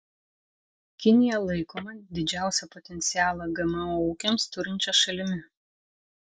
kinija laikoma didžiausią potencialą gmo ūkiams turinčia šalimi